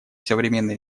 современной